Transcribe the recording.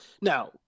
Now